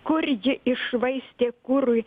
kur ji iššvaistė kurui